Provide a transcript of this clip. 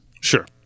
Sure